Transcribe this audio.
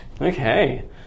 Okay